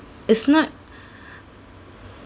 is not